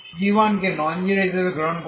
c1 কে nonzero হিসাবে গ্রহণ করে